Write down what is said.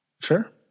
Sure